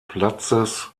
platzes